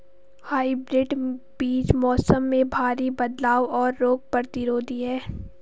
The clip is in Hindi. हाइब्रिड बीज मौसम में भारी बदलाव और रोग प्रतिरोधी हैं